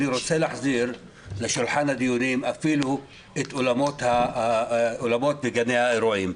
אני רוצה להחזיר לשולחן הדיונים אפילו את אולמות וגני האירועים.